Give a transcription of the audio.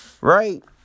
Right